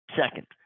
Second